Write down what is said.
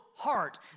heart